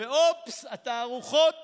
והופס, התערוכות